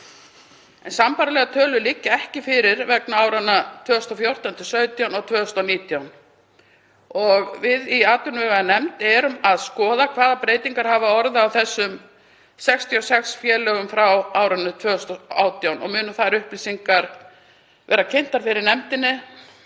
Sambærilegar tölur liggja ekki fyrir vegna áranna 2014–2017 og 2019. Við í atvinnuveganefnd erum að skoða hvaða breytingar hafa orðið á þessum 66 félögum frá árinu 2018 og munu þær upplýsingar verða kynntar fyrir nefndinni